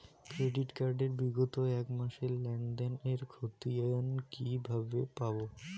Credit card এর বিগত এক মাসের লেনদেন এর ক্ষতিয়ান কি কিভাবে পাব?